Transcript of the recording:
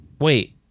Wait